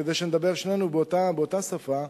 כדי שנדבר שנינו באותה שפה,